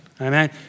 amen